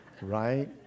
Right